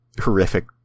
horrific